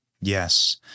Yes